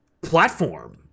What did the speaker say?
platform